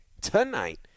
tonight